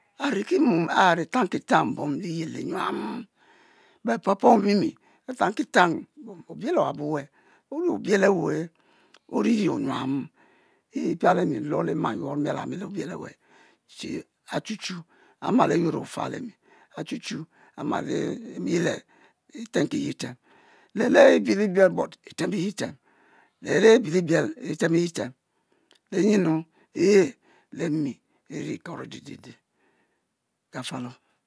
Mmom are tankitang bom binyen nyuam beh papa omimi betanki tang obiel owabo weh ori obiel aweh ori ri oyuam yi epiale mmale mma yuor nuel ami le obiel aweh che achu-chu amal ayuorr le ofa lemi achu chu e e mile item-ki yetem ne'le ebiele biel item iyetem le nyenu he lemi eri koro didide aya fualo